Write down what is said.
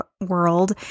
world